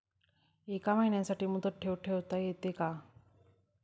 एका महिन्यासाठी मुदत ठेव ठेवता येते का?